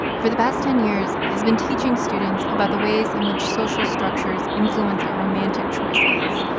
for the past ten years, has been teaching students about the ways in which social structures influence our romantic choices.